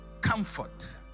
comfort